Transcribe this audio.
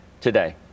today